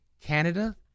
Canada